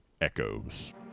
Echoes